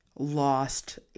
lost